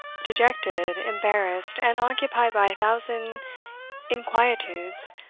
dejected, embarrassed, and occupied by a thousand inquietudes,